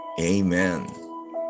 Amen